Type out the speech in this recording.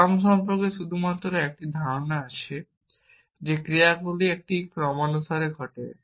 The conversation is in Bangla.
ক্রম সম্পর্কে শুধুমাত্র একটি ধারণা আছে যে ক্রিয়াগুলি একটি ক্রমানুসারে ঘটে